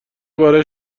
برایش